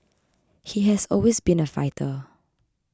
he has always been a fighter